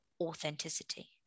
authenticity